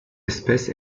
espèce